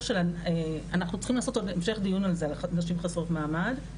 אנחנו צריכים לעשות המשך דיון על זה על נשים חסרות מעמד.